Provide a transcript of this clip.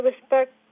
respect